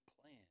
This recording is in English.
plan